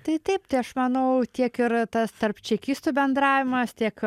tai taip tai aš manau tiek ir tas tarp čekistų bendravimas tiek